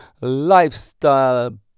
Lifestyle